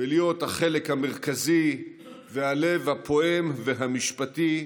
ולהיות החלק המרכזי והלב הפועם והמשפטי,